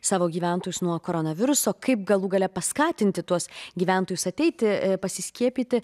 savo gyventojus nuo koronaviruso kaip galų gale paskatinti tuos gyventojus ateiti pasiskiepyti